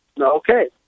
okay